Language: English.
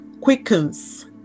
quickens